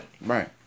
Right